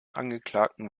angeklagten